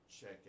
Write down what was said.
Check